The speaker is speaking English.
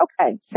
Okay